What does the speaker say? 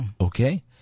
Okay